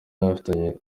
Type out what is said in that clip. afitanye